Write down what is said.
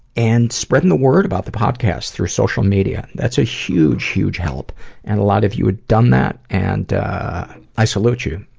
and spreading the word about the podcast through social media that's a huge, huge help and a lot of you have ah done that and i salute you.